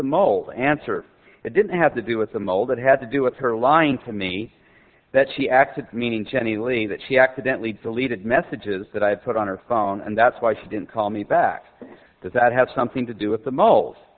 the mold answer it didn't have to do with the mold it had to do with her lying to me that she acted meaning jenny lee that she accidentally deleted messages that i put on her phone and that's why she didn't call me back does that have something to do with the m